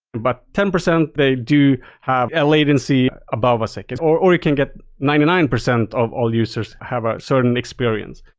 but ten percent, they do have a latency above a second or or it can get ninety nine percent of all users have a certain experience.